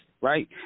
right